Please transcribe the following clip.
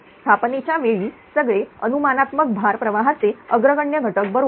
स्थापनेच्या वेळी सगळे अनुमानात्मक भार प्रवाहाचे अग्रगण्य घटक बरोबर